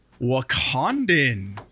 Wakandan